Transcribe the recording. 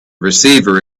receiver